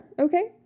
Okay